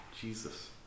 Jesus